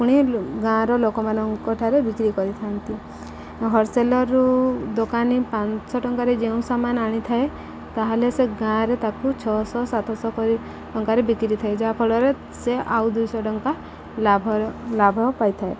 ପୁଣି ଗାଁର ଲୋକମାନଙ୍କ ଠାରେ ବିକ୍ରି କରିଥାନ୍ତି ହୋଲ୍ସେଲର୍ରୁ ଦୋକାନୀ ପାଞ୍ଚଶହ ଟଙ୍କାରେ ଯେଉଁ ସାମାନ ଆଣିଥାଏ ତା'ହେଲେ ସେ ଗାଁରେ ତାକୁ ଛଅଶହ ସାତଶହ କରି ଟଙ୍କାରେ ବିକ୍ରି ଥାଏ ଯାହାଫଳରେ ସେ ଆଉ ଦୁଇଶହ ଟଙ୍କା ଲାଭ ଲାଭ ପାଇଥାଏ